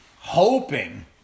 hoping